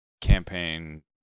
campaign